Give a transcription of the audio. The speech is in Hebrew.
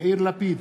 יאיר לפיד,